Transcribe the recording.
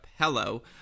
hello